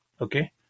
Okay